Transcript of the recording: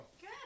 Good